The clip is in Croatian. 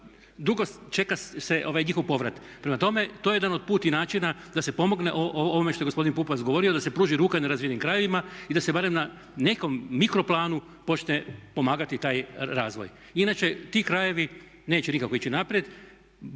dugo se čeka njihov povrat. Prema tome, to je jedan od …/Govornik se ne razumije./… načina da se pomogne ovome što je gospodin Pupovac govorio, da se pruži ruka nerazvijenim krajevima i da se barem na nekom, mikroplanu počne pomagati taj razvoj. Inače ti krajevi neće nikako ići naprijed.